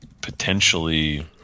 potentially